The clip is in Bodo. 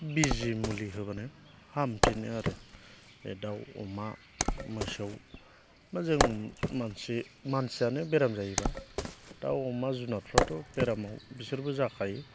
बिजि मुलि होबानो हामफिनो आरो बे दाउ अमा मोसौ बा जों मानसियानो बेराम जायोबा दाउ अमा जुनारफ्राथ' बेरामाव बिसोरबो जाखायो